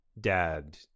dad